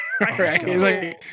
Right